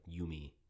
yumi